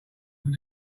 from